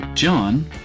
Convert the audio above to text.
John